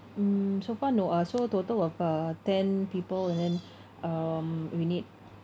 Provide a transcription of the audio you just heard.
mm so far no uh so total of uh ten people and then um we need